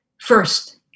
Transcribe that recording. First